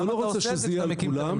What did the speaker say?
אתה לא רוצה שזה יהיה על כולם,